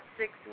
six